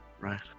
Right